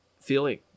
feeling